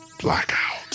blackout